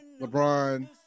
LeBron